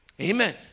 Amen